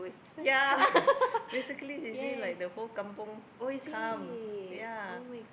ya basically he say like the whole kampung come ya